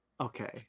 Okay